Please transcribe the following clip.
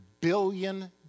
billion